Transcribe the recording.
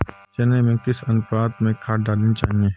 चने में किस अनुपात में खाद डालनी चाहिए?